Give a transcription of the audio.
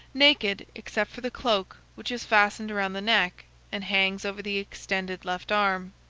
naked except for the cloak which is fastened around the neck and hangs over the extended left arm.